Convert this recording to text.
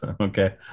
okay